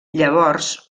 llavors